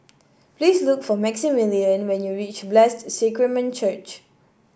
please look for Maximillian when you reach Blessed Sacrament Church